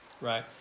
right